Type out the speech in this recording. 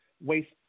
waste